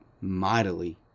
mightily